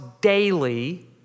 daily